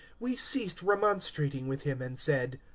we ceased remonstrating with him and said,